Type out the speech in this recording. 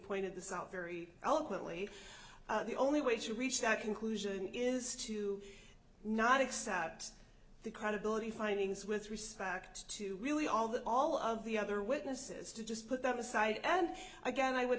pointed this out very eloquently the only way to reach that conclusion is to not accept the credibility findings with respect to really all the all of the other witnesses to just put that aside and again i would